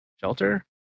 Shelter